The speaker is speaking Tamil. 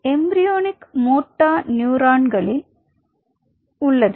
எம்பிரியோனிக் மோட்டோ நியூரான்களில் உள்ளது